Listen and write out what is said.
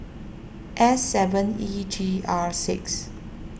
S seven E G R six